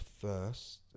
first